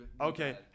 Okay